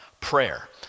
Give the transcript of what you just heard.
prayer